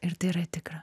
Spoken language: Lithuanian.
ir tai yra tikra